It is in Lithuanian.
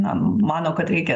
na mano kad reikia